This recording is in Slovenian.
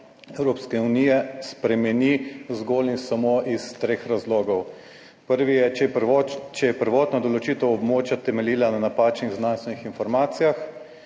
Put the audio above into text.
Evropske unije spremeni zgolj in samo iz treh razlogov. Prvi je, če je prvotna določitev območja temeljila na napačnih znanstvenih informacijah.